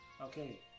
Okay